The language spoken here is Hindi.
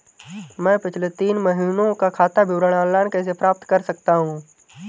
मैं पिछले तीन महीनों का खाता विवरण ऑनलाइन कैसे प्राप्त कर सकता हूं?